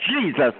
Jesus